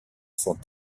sont